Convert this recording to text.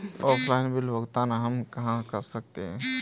Offline bill भुगतान हम कहां कर सकते हैं?